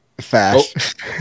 fast